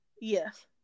Yes